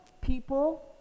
people